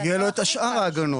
יהיו לו את שאר ההגנות.